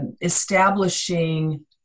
establishing